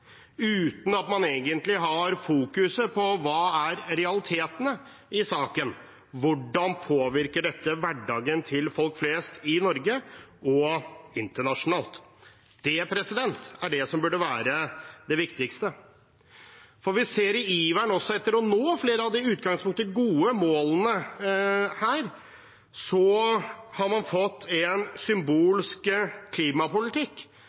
uten at man egentlig har fokuset på: Hva er realitetene i saken, hvordan påvirker dette hverdagen til folk flest i Norge og internasjonalt? Det er det som burde være det viktigste. Vi ser også at man i iveren etter å nå flere av de i utgangspunktet gode målene her har fått en symbolsk klimapolitikk,